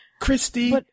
Christy